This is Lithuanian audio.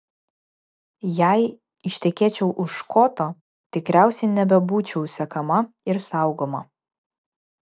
jei ištekėčiau už škoto tikriausiai nebebūčiau sekama ir saugoma